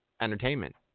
entertainment